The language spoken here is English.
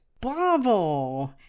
bravo